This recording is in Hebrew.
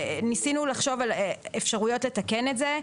ניסינו לחשוב על אפשרויות לתקן את זה.